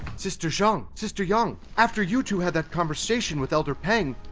sister zheng, sister yang, after you two had that conversation with elder peng,